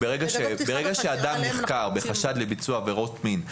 ברגע שאדם נחקר בחשד לביצוע עבירות מין,